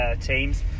teams